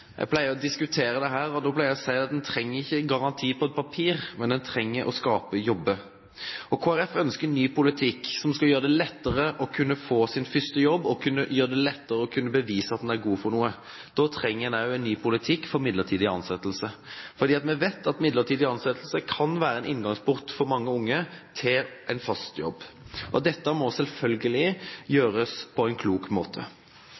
da pleier jeg å si at en trenger ikke garanti på et papir, men en trenger å skape jobber. Kristelig Folkeparti ønsker en ny politikk som skal gjøre det lettere å kunne få sin første jobb og bevise at en er god for noe. Da trenger en også en ny politikk for midlertidig ansettelse, for vi vet at midlertidig ansettelse kan være en inngangsport for mange unge til en fast jobb. Dette må selvfølgelig gjøres på en klok måte.